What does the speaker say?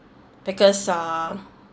because uh